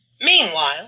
Meanwhile